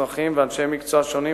רצוני לשאול: